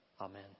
Amen